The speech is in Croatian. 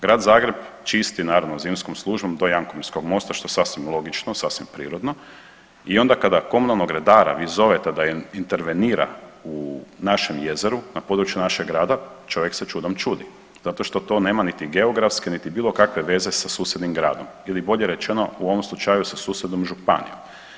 Grad Zagreb čisti naravno zimskom službom do jankomirskog mosta što je sasvim logično, sasvim prirodno i onda kada komunalnog redara vi zovete da intervenira u našem jezeru na području našeg grada čovjek se čudom čudi zato što to nema niti geografske niti bilo kakve veze sa susjednim gradom ili bolje rečeno u ovom slučaju sa susjednom županijom.